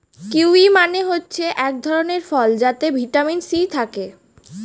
kiwi মানে হচ্ছে এক ধরণের ফল যাতে ভিটামিন সি থাকে